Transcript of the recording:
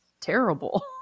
terrible